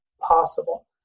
possible